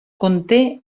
conté